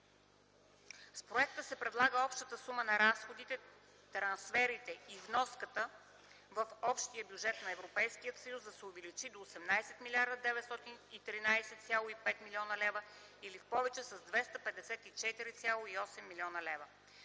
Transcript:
С проекта се предлага общата сума на разходите, трансферите и вноската в общия бюджет на Европейския съюз да се увеличи до 18 млрд. 913,5 млн. лв. или в повече с 254,8 млн. лв.